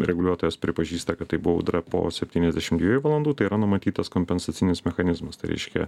reguliuotojas pripažįsta kad tai buvo audra po septynasdešim dviejų valandų tai yra numatytas kompensacinis mechanizmas tai reiškia